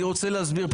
אני רוצה להסביר.